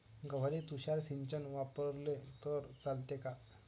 गव्हाले तुषार सिंचन वापरले तर चालते का?